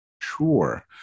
sure